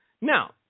Now